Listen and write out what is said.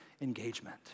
engagement